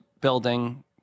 building